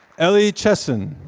ellie chessen.